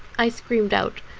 i screamed out,